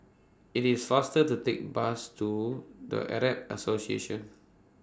IT IS faster to Take Bus to The Arab Association